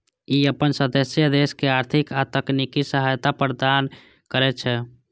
ई अपन सदस्य देश के आर्थिक आ तकनीकी सहायता प्रदान करै छै